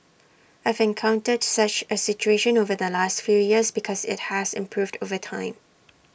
I've encountered such A situation over the last few years but IT has improved over time